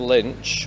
Lynch